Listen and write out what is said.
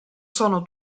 sono